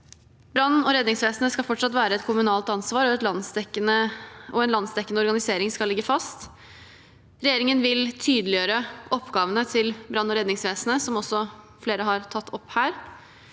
brann- og redningsvesenet fortsatt være et kommunalt ansvar, og en landsdekkende organisering skal ligge fast. Regjeringen vil tydeliggjøre oppgavene til brann- og redningsvesenet, som også flere har tatt opp her.